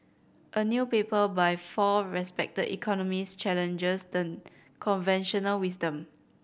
a new paper by four respected economists challenges the conventional wisdom